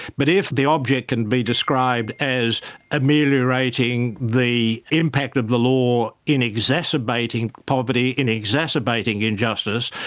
but if the object can be described as ameliorating the impact of the law in exacerbating poverty, in exacerbating injustice,